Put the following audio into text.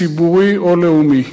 ציבורי או לאומי.